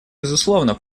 безусловно